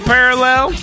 Parallel